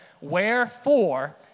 Wherefore